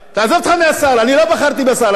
אני לא בחרתי בשר, אני בחרתי בראש העיר.